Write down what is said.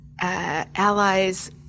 Allies